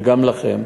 וגם לכם,